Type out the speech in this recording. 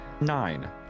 Nine